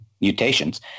mutations